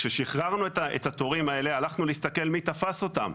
כששחררנו את התורים האלה הלכנו להסתכל מי תפס אותם.